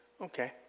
Okay